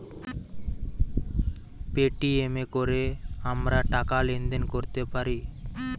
Paytm এ কোরে আমরা টাকা লেনদেন কোরতে পারি